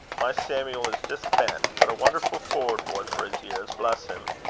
my samuel is just ten, but a wonderful forward boy for his years bless him!